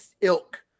ilk